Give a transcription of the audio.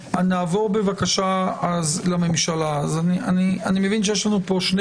נעבור בבקשה לממשלה אני מבין שיש לנו פה שני